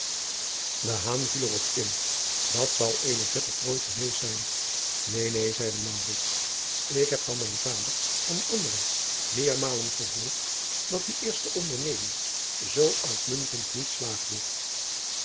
viel er op in dat zal eene vette prooi geweest zijn een neen zeide ik heb van mijn vader en anderen meermalen gehoord dat die eerste onderneming zoo uitmuntend niet slaagde